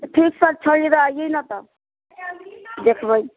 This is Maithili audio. आइयै न तऽ देखबै